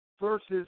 versus